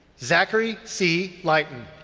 zachary c. lighton.